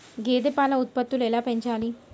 గేదె పాల ఉత్పత్తులు ఎలా పెంచాలి?